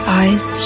eyes